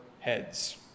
Heads